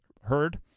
heard